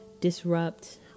disrupt